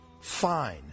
fine